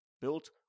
Built